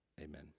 amen